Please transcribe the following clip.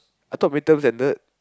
I thought break terms ended